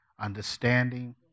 understanding